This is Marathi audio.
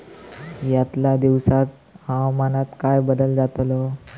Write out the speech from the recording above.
यतल्या दिवसात हवामानात काय बदल जातलो?